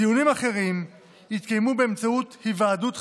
דיונים אחרים יתקיימו באמצעות היוועדות חזותית,